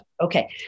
Okay